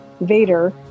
Vader